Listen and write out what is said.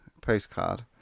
postcard